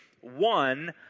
one